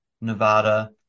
Nevada